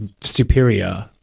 superior